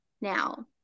now